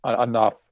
enough